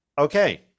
Okay